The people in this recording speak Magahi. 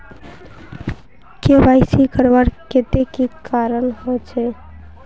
के.वाई.सी करवार केते की करवा होचए?